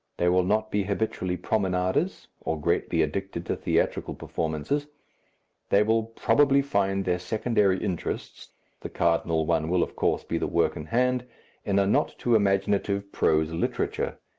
they will not be habitually promenaders, or greatly addicted to theatrical performances they will probably find their secondary interests the cardinal one will of course be the work in hand in a not too imaginative prose literature,